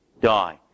die